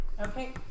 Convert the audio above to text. Okay